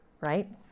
right